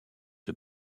the